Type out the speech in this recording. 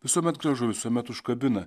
visuomet gražu visuomet užkabina